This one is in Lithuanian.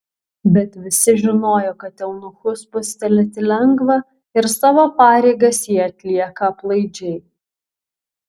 bet visi žinojo kad eunuchus spustelėti lengva ir savo pareigas jie atlieka aplaidžiai